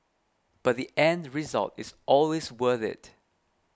but the end result is always worth it